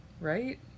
right